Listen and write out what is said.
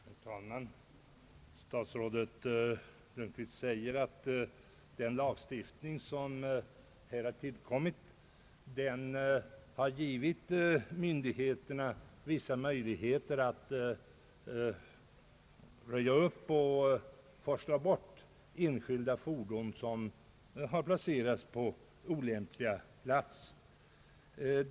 Herr talman! Statsrådet Lundkvist säger att den lagstiftning som här har tillkommit har givit myndigheterna vissa möjligheter att röja upp i naturen och forsla bort enskilda fordon som har placerats på olämpliga platser.